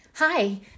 Hi